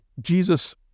Jesus